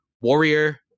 Warrior